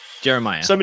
Jeremiah